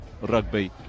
rugby